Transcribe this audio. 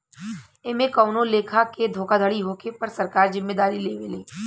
एमे कवनो लेखा के धोखाधड़ी होखे पर सरकार जिम्मेदारी लेवे ले